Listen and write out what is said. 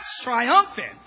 triumphant